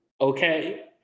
okay